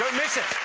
miss it!